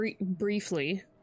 Briefly